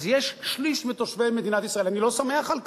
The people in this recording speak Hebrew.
אז יש שליש מתושבי מדינת ישראל, אני לא שמח על כך,